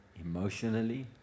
emotionally